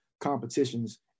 competitions